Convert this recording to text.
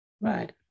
Right